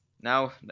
Now